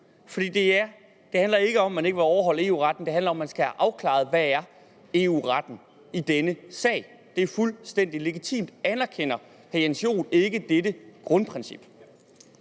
sølle. Det handler ikke om, at man ikke vil overholde EU-retten; det handler om, at man skal have afklaret, hvad EU-retten er i denne sag. Det er fuldstændig legitimt. Anerkender hr. Jens Joel ikke dette grundprincip?